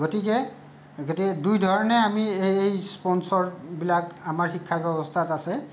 গতিকে গতিকে দুই ধৰণে আমি এই স্পনচৰবিলাক আমাৰ শিক্ষাব্যৱস্থাত আছে